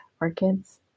orchids